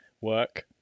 work